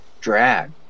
drag